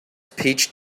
peach